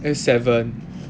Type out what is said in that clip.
seven